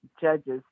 judges